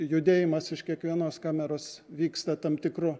judėjimas iš kiekvienos kameros vyksta tam tikru